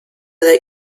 that